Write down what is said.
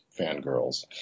fangirls